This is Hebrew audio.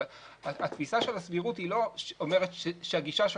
אבל התפיסה של הסבירות היא לא אומרת שהגישה של